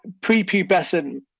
prepubescent